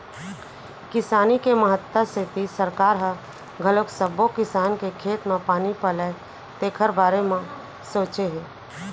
किसानी के महत्ता सेती सरकार ह घलोक सब्बो किसान के खेत म पानी पलय तेखर बारे म सोचे हे